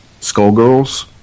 Skullgirls